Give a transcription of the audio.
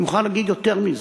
אני מוכן להגיד יותר מזה.